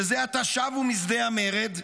שזה עתה שבו משדה המרד?